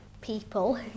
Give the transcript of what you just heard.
people